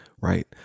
right